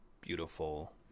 beautiful